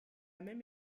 même